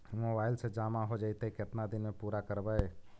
Mobile से जामा हो जैतय, केतना दिन में पुरा करबैय?